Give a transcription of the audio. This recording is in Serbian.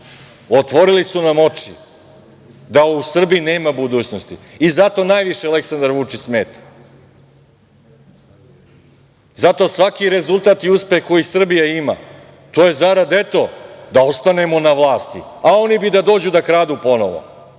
Otvorili su nam oči da u Srbiji nema budućnosti. Zato najviše Aleksandar Vučić smeta. Zato svaki rezultat i uspeh koji Srbija ima to je zarad, eto, da ostanemo na vlasti. A oni bi da dođu da kradu ponovo.